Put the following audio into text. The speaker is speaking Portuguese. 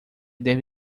deve